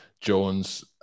Jones